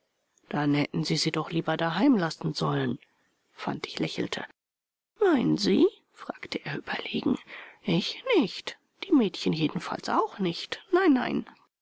dann hätten sie sie doch lieber daheim lassen sollen fantig lächelte meinen sie fragte er überlegen ich nicht die mädchen jedenfalls auch nicht nein nein